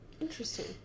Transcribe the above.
Interesting